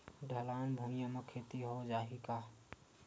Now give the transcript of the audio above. ढलान भुइयां म खेती हो जाही का?